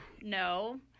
No